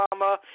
Obama